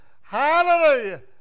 Hallelujah